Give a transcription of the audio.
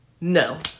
no